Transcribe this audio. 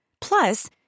Plus